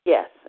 Yes